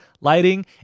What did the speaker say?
lighting